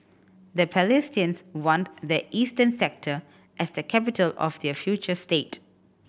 the Palestinians want the eastern sector as the capital of their future state